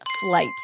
flight